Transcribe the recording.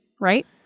right